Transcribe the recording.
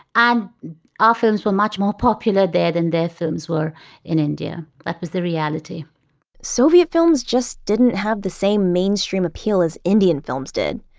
um ah films were much more popular there than their films were in india. that was the reality soviet films just didn't have the same mainstream appeal as indian films did.